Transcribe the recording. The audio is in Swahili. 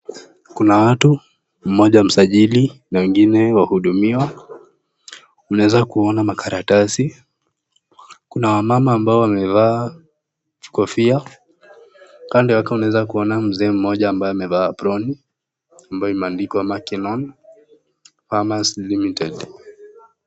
Kuna watu, mmoja msajili na wengine wahudumiwa. Unaweza kuona makaratasi. Kuna wamama ambao wamevaa kofia. Kando yake unaweza kuona mzee mmoja ambaye amevaa aproni ambayo imeandikwa Mac Kinnon Farmers Limited.